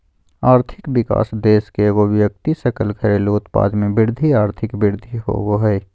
आर्थिक विकास देश के एगो व्यक्ति सकल घरेलू उत्पाद में वृद्धि आर्थिक वृद्धि होबो हइ